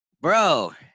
bro